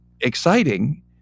exciting